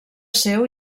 seu